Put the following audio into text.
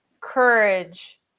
courage